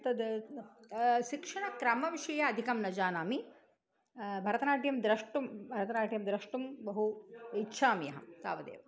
तद् शिक्षणक्रमविषये अधिकं न जानामि भरतनाट्यं द्रष्टुं भरतनाट्यं द्रष्टुं बहु इच्छामि अहं तावदेव